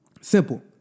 Simple